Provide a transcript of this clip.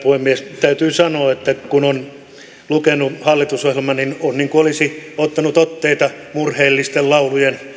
puhemies täytyy sanoa että kun on lukenut hallitusohjelman niin on niin kuin olisi ottanut otteita murheellisten laulujen